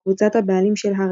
קבוצת הבעלים של הארלי.